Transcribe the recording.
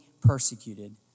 persecuted